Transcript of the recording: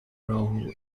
role